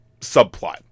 subplot